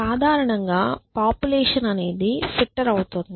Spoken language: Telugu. సాధారణంగా పాపులేషన్ అనేది ఫిట్టర్ అవుతోంది